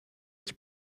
its